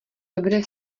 dobře